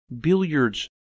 billiards